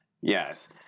yes